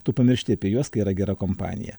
tu pamiršti apie juos kai yra gera kompanija